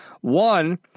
One